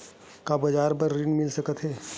का व्यापार बर ऋण मिल सकथे?